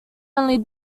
only